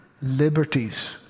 liberties